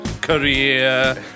career